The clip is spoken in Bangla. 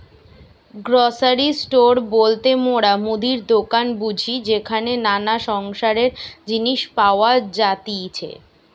গ্রসারি স্টোর বলতে মোরা মুদির দোকান বুঝি যেখানে নানা সংসারের জিনিস পাওয়া যাতিছে